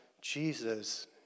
Jesus